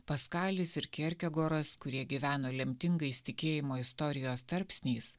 paskalis ir kerkegoras kurie gyveno lemtingais tikėjimo istorijos tarpsniais